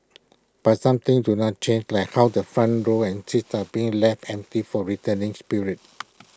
but some things do not change like how the front row and seats are being left empty for returning spirits